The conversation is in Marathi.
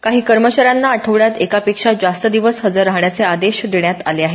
आणि काही कर्मचाऱ्यांना आठवड्यात एकापेक्षा जास्त दिवस हजर राहण्याचे आदेश देण्यात आले आहेत